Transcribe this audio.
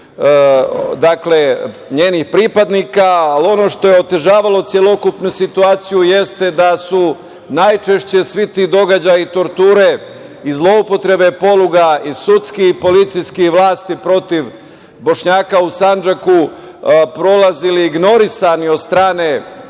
protiv njenih pripadnika. Ali, ono što je otežavalo celokupnu situaciji jeste da su najčešće svi ti događaji, torture i zloupotrebe poluga i sudskih i policijskih vlasti protiv Bošnjaka u Sandžaku prolazili ignorisani od strane